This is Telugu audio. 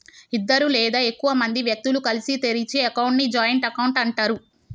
ఇద్దరు లేదా ఎక్కువ మంది వ్యక్తులు కలిసి తెరిచే అకౌంట్ ని జాయింట్ అకౌంట్ అంటరు